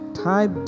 type